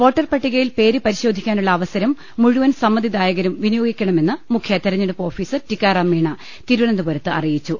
voter പട്ടികയിൽ പേര് പരിശോധിക്കാനുള്ള അവസരം മുഴുവൻ സമ്മതിദായ കരും വിനിയോഗിക്കണമെന്ന് മുഖ്യ തിരഞ്ഞെടുപ്പ് ഓഫീസർ ടിക്കാ റാംമീണ തിരുവനന്തപുരത്ത് അറിയിച്ചു